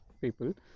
people